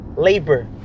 Labor